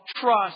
Trust